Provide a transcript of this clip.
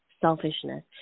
selfishness